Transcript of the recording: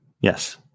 Yes